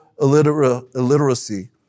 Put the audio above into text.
illiteracy